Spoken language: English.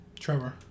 Trevor